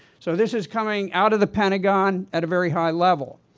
so this is coming out of the pentagon at a very high level.